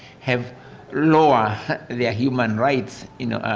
have lowered their human rights, you know,